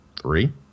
three